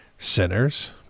Sinners